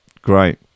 Great